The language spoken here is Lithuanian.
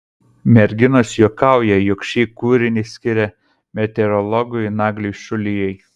merginos juokauja jog šį kūrinį skiria meteorologui nagliui šulijai